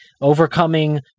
overcoming